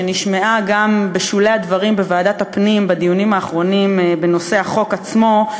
שנשמעה גם בשולי הדברים בוועדת הפנים בדיונים האחרונים בנושא החוק עצמו,